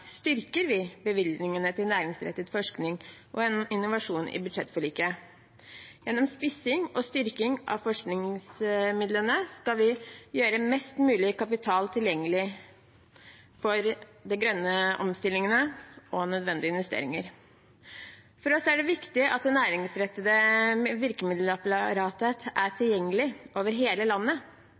styrker vi bevilgningene til næringsrettet forskning og innovasjon i budsjettforliket. Gjennom spissing og styrking av forskningsmidlene skal vi gjøre mest mulig kapital tilgjengelig for de grønne omstillingene og nødvendige investeringer. For oss er det viktig at det næringsrettede virkemiddelapparatet er tilgjengelig over hele landet.